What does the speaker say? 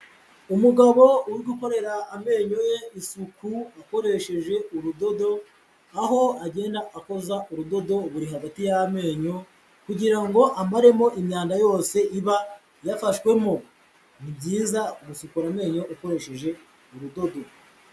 Umugabo uri gukorera amenyo ye isuku akoresheje urudodo, aho agenda akoza urudodo buri hagati y'amenyo kugira ngo amaremo imyanda yose iba yafashwemo. Ni byiza gusukura amenyo ukoresheje urudodo.